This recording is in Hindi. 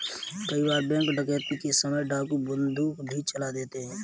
कई बार बैंक डकैती के समय डाकू बंदूक भी चला देते हैं